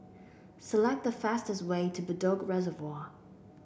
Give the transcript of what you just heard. select the fastest way to Bedok Reservoir